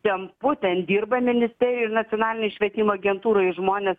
tempu ten dirba ministerijoj ir nacionalinėj švietimo agentūroj žmonės